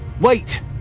Wait